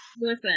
Listen